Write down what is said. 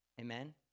Amen